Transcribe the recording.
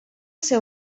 seu